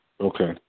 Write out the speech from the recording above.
Okay